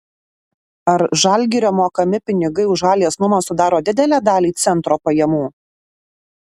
ar žalgirio mokami pinigai už halės nuomą sudaro didelę dalį centro pajamų